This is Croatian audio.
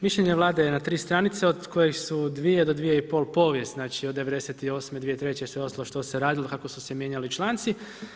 Mišljenje Vlade je na tri stranice od kojih su dvije do dvije i pol povijest, znači od '98. 2003. sve ostalo što se radilo, kako su se mijenjali članci.